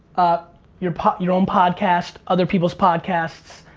your your own podcast, other people's podcasts,